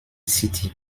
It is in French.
city